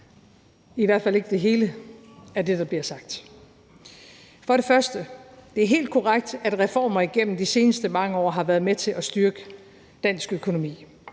i hvert fald ikke det hele af det, der bliver sagt. Først og fremmest er det helt korrekt, at reformer igennem de seneste mange år har været med til at styrke dansk økonomi.